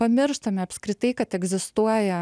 pamirštame apskritai kad egzistuoja